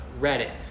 Reddit